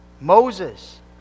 Moses